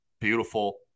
Beautiful